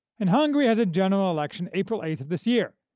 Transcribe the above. and hungary has a general election april eight of this year,